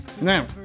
Now